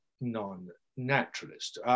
non-naturalist